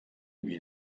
wie